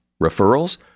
Referrals